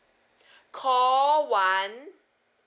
call one